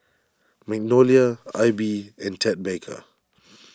Magnolia Aibi and Ted Baker